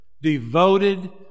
devoted